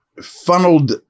funneled